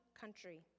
country